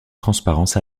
transparence